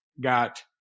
got